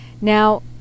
Now